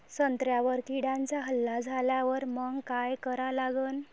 संत्र्यावर किड्यांचा हल्ला झाल्यावर मंग काय करा लागन?